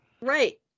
right